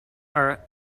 are